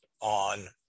on